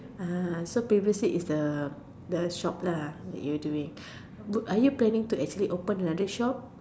so previously is the the shop that you are doing are you planning to actually open another shop